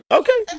okay